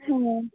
হ্যাঁ